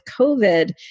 COVID